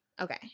okay